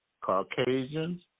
Caucasians